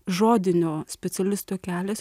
žodinio specialisto kelias